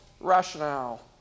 rationale